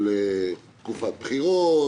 של תקופת בחירות,